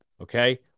Okay